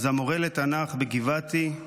אז "המורה לתנ"ך בגבעתי /